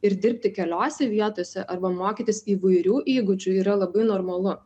ir dirbti keliose vietose arba mokytis įvairių įgūdžių yra labai normalu